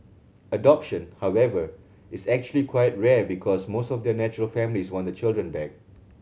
adoption however is actually quite rare because most of the natural families want the children back